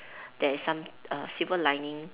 there is some err silver lining